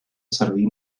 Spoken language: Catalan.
servir